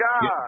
God